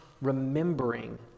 remembering